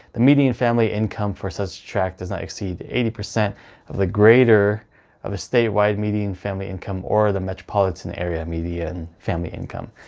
the median family income for such a track does not exceed eighty percent of the greater of a statewide median family income or the metropolitan area median family income.